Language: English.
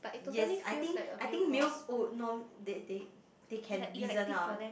yes I think I think male oh they they they can reason out